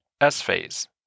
S-phase